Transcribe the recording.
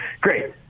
Great